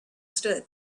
stood